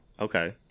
Okay